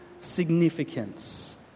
significance